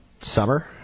summer